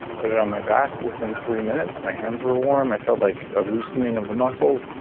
put it on my back. within three minutes my hands were warm. i felt like a loosening of the muscles.